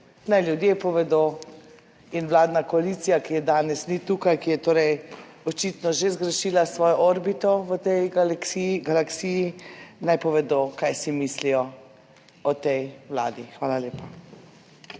naj ljudje povedo in vladna koalicija, ki je danes ni tukaj, ki je torej očitno že zgrešila svojo orbito v tej galaksiji naj povedo kaj si mislijo o tej Vladi. Hvala lepa.